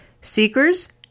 seekers